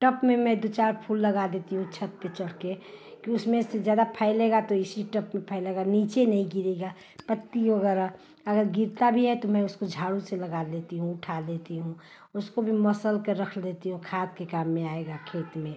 टप में मैं दो चार फूल लगा देती हूँ छत पर चढ़ कर कि उसमें से ज़्यादा फैलेगा तो इसी टप में फैलेगा नीचे नही गिरेगा पत्ती वगैरह अगर गिरता भी है तो मैं उसको झाड़ू से लगा लेती हूँ उठा लेती हूँ उसको भी मसल कर रख लेती हूँ खाद के काम में आएगा खेत में